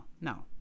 no